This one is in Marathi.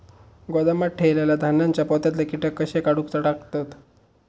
गोदामात ठेयलेल्या धान्यांच्या पोत्यातले कीटक कशे काढून टाकतत?